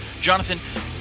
Jonathan